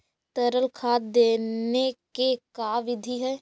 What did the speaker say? तरल खाद देने के का बिधि है?